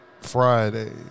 Friday